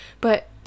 but-